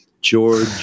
George